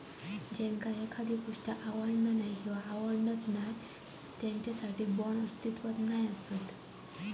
ज्यांका एखादी गोष्ट आवडना नाय किंवा आवडत नाय त्यांच्यासाठी बाँड्स अस्तित्वात नाय असत